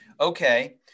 Okay